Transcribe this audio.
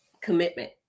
commitment